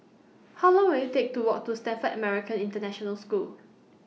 How Long Will IT Take to Walk to Stamford American International School